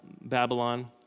Babylon